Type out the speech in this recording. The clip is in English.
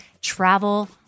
travel